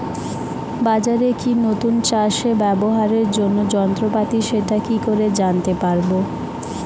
বাজারে কি নতুন চাষে ব্যবহারের জন্য যন্ত্রপাতি সেটা কি করে জানতে পারব?